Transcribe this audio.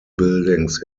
buildings